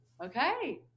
Okay